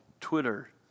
Twitter